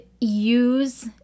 use